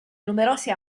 numerose